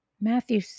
Matthew